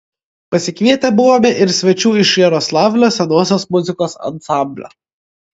pasikvietę buvome ir svečių iš jaroslavlio senosios muzikos ansamblio